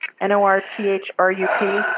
N-O-R-T-H-R-U-P